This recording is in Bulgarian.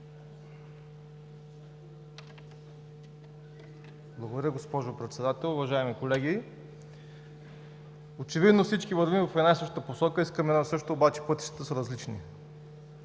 Благодаря Ви, госпожо Председател. Уважаеми колеги, очевидно всички вървим в една и съща посока, искаме едно и също, обаче пътищата са различни.